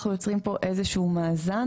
אנחנו יוצרים פה איזשהו מאזן,